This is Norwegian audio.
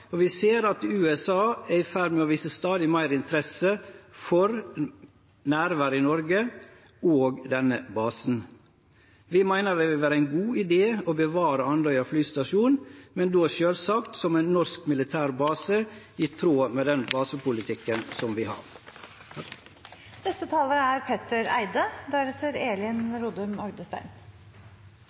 og vi ser at USA er i ferd med å vise stadig større interesse for nærvær i Noreg, òg denne basen. Vi meiner det vil vere ein god idé å bevare Andøya flystasjon, men då sjølvsagt som ein norsk militærbase, i tråd med den basepolitikken vi har. Tusen takk for denne debatten, det er